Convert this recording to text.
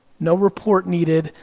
no report needed,